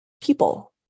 people